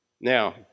Now